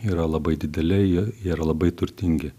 yra labai dideli jie yra labai turtingi